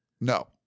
No